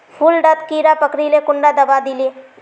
फुल डात कीड़ा पकरिले कुंडा दाबा दीले?